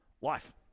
life